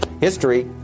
history